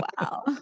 wow